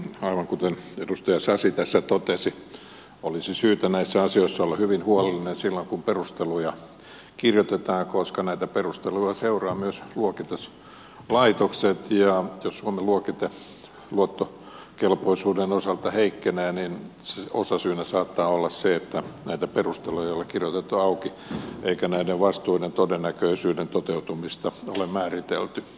aivan kuten edustaja sasi tässä totesi olisi syytä näissä asioissa olla hyvin huolellinen silloin kun perusteluja kirjoitetaan koska näitä perusteluja seuraavat myös luokituslaitokset ja jos suomen luokite luottokelpoisuuden osalta heikkenee niin osasyynä saattaa olla se että näitä perusteluja ei ole kirjoitettu auki eikä näiden vastuiden todennäköisyyden toteutumista ole määritelty